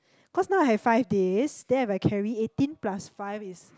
cause now I have five days then if I carry eighteen plus five is